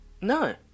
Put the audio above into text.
No